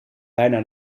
bijna